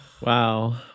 wow